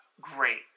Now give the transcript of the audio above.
great